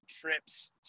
trips